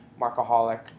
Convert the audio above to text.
Markaholic